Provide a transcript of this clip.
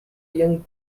young